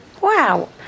Wow